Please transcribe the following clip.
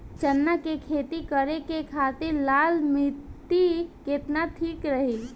चना के खेती करे के खातिर लाल मिट्टी केतना ठीक रही?